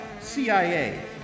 CIA